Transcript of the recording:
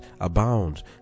abound